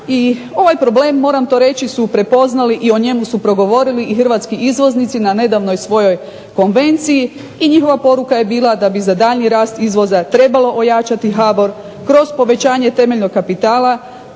to reći, su prepoznali i o njemu su progovorili i hrvatski izvoznici na nedavnoj svojoj konvenciji i njihova poruka je bila da bi za daljnji rast izvoza trebalo ojačati HBOR kroz povećanje temeljnog kapitala